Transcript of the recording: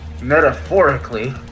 metaphorically